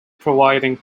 providing